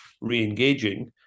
re-engaging